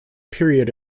period